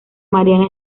mariana